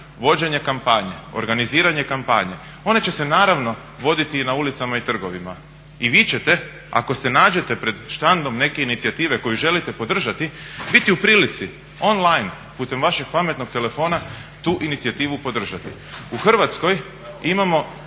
vođenje kampanje, organiziranje kampanje. One će se naravno voditi i na ulicama i trgovima i vi ćete ako se nađete pred štandom neke inicijative koju želite podržati biti u prilici on line putem vašeg pametnog telefona tu inicijativu podržati. U Hrvatskoj imamo